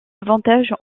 avantages